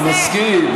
קודם כול, אני מסכים.